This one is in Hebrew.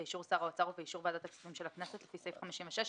באישור שר האוצר ובאישור ועדת הכספים של הכנסת לפי סעיף 56 לחוק,